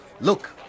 Look